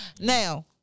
Now